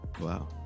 wow